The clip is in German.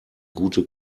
gute